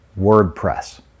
WordPress